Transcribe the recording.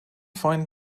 find